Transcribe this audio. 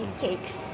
cakes